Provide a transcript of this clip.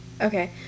Okay